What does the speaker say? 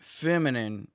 feminine